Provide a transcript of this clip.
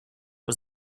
was